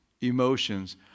emotions